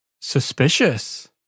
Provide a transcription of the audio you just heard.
Suspicious